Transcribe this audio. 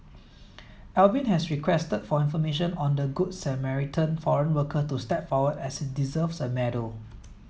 Alvin has requested for information on the Good Samaritan foreign worker to step forward as he deserves a medal